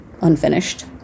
unfinished